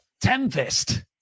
Tempest